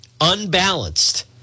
unbalanced